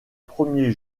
premiers